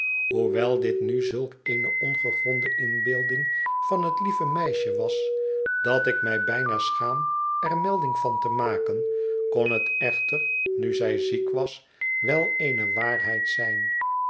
hoewel dit nu zulk eene ongegronde inbeelding van het lieve meisje was dat ik mij bijna schaam er melding van te maken kon het echter nu zij ziek was wel eene waarheid zijn